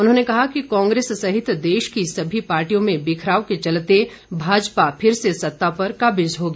उन्होंने कहा कि कांग्रेस सहित देश की सभी पार्टियों में बिखराव के चलते भाजपा फिर से सत्ता पर काबिज होगी